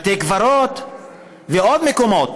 בתי קברות ועוד מקומות.